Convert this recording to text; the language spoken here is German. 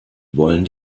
wollen